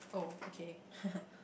oh okay